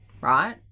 right